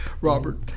Robert